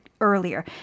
earlier